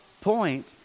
point